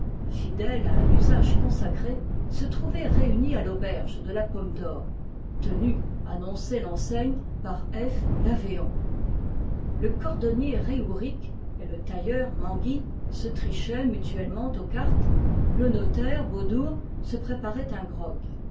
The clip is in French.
fidèle à un usage consacré se trouvait réunie à l'auberge de la pomme d'or tenue annonçait l'ensei gne par f l'avéant le cordonnier reourik et le tail leur manguy se trichaieni mutuellement aux cartes le notaire beaudour se préparait un grog